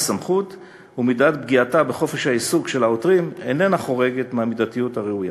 וכי מידת פגיעתה בחופש העיסוק של העותרים איננה חורגת מהמידתיות הראויה.